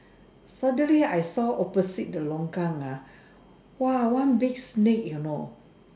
suddenly I saw opposite the longkang ah !wah! one big snake you know